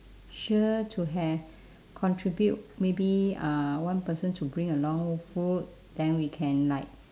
sure to have contribute maybe uh one person to bring along food then we can like